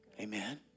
Amen